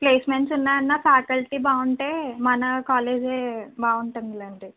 placements ఉన్నాయన్న faculty బాగుంటే మన కాలేజే బాగుంటుంది లాంటే